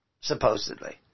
supposedly